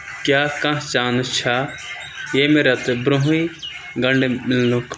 کیٛاہ کانٛہہ چانس چھا ییٚمہِ رٮ۪تہٕ برٛونٛہٕے گٔنٛڈٕ مِلنُک